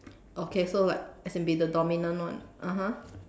okay so like as in be the dominant one (uh huh)